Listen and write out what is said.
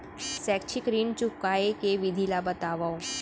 शैक्षिक ऋण चुकाए के विधि ला बतावव